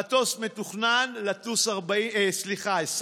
המטוס מתוכנן לטוס 20 שנה,